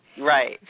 Right